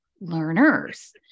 learners